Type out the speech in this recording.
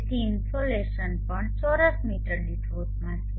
તેથી ઇનસોલેશન પણ ચોરસ મીટર દીઠ વોટમાં છે